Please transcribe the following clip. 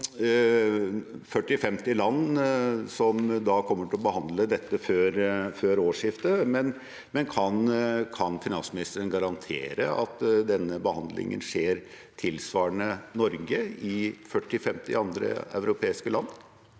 40–50 land som kommer til å behandle dette før årsskiftet, men kan finansministeren garantere at denne behandlingen skjer tilsvarende Norges i 40–50 andre europeiske land?